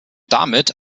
damit